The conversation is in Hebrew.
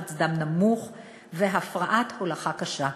לחץ דם נמוך והפרעת הולכה קשה.